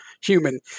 human